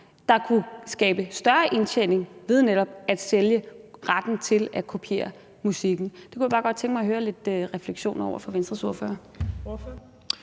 der kunne skabe større indtjening ved netop at sælge retten til at kopiere musikken? Det kunne jeg bare godt tænke mig at høre lidt refleksioner over fra Venstres ordfører.